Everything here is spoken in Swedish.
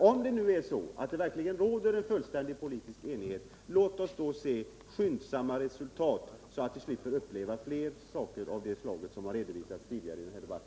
Om det nu verkligen råder fullständig politisk enighet, låt oss då se till att vi skyndsamt åstadkommer resultat, så att vi slipper uppleva fler händelser av det slag som redovisats tidigare i denna debatt.